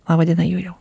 laba diena juliau